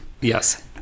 Yes